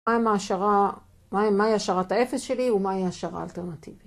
מהי השערת האפס שלי, ומהי ההשערה האלטרנטיבית.